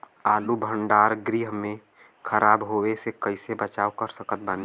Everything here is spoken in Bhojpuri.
आलू भंडार गृह में खराब होवे से कइसे बचाव कर सकत बानी?